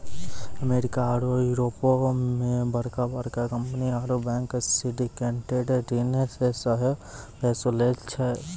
America आरु यूरोपो मे बड़का बड़का कंपनी आरु बैंक सिंडिकेटेड ऋण से सेहो पैसा लै छै